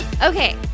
Okay